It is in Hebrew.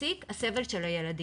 מפסיק הסבל של הילדים.